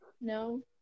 no